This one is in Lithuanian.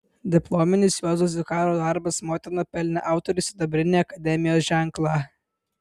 diplominis juozo zikaro darbas motina pelnė autoriui sidabrinį akademijos ženklą